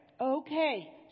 Okay